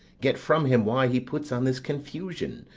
get from him why he puts on this confusion,